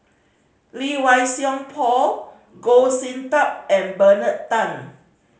Lee Wei Song Paul Goh Sin Tub and Bernard Tan